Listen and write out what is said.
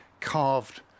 carved